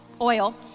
oil